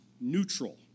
neutral